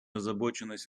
озабоченность